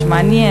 מעניין,